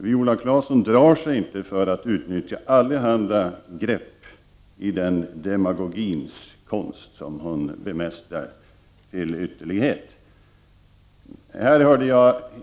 Viola Claesson drar sig inte för att utnyttja allehanda grepp i den demagogins konst som hon bemästrar till ytterlighet.